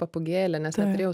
papūgėlė nes neturėjau